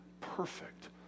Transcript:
perfect